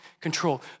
control